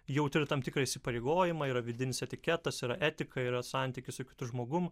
jau turi tam tikrą įsipareigojimą yra vidinis etiketas yra etika yra santykis su kitu žmogum